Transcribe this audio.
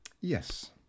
Yes